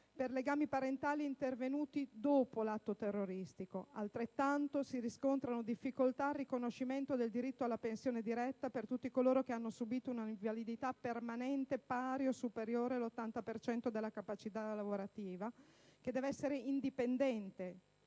per legami parentali intervenuti dopo l'atto terroristico. Del pari si riscontrano difficoltà al riconoscimento del diritto alla pensione diretta per tutti coloro che hanno subito un'invalidità permanente pari o superiore all'80 per cento della capacità lavorativa, che deve essere indipendente